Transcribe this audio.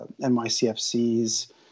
NYCFC's